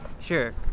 Sure